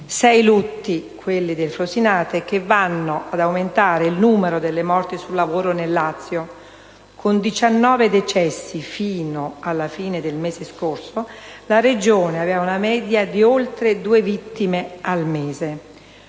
Sei lutti, quelli del frusinate, che vanno ad aumentare il numero delle morti sul lavoro nel Lazio. Con 19 decessi fino alla fine del mese scorso, la Regione aveva una media di oltre due vittime al mese.